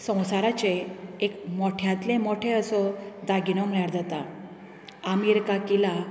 संवसाराचे एक मोट्यांतले मोठो असो दागिनो म्हळ्यार जाता आमीर का किल्लो